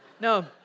No